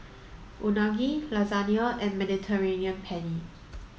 Unagi Lasagne and Mediterranean Penne